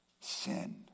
sin